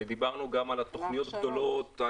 ודיברנו גם על תוכניות גדולות -- ועל ההכשרות.